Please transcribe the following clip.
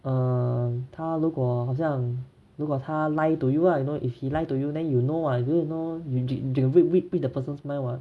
err 他如果好像如果他 lie to you lah you know if he lie to you then you know lah you don't have to know ju~ ju~ read read read the person mind [what]